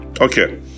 Okay